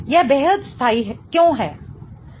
यह बेहद स्थाई क्यों है